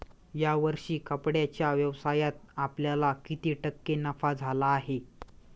या वर्षी कपड्याच्या व्यवसायात आपल्याला किती टक्के नफा झाला आहे?